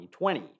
2020